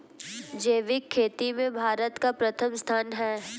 जैविक खेती में भारत का प्रथम स्थान है